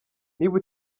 niba